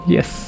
Yes